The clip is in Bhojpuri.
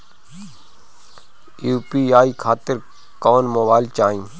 यू.पी.आई खातिर कौन मोबाइल चाहीं?